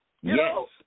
Yes